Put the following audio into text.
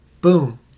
boom